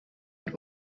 had